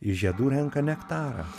iš žiedų renka nektarą